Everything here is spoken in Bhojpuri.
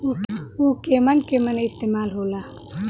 उव केमन केमन इस्तेमाल हो ला?